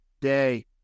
day